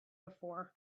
before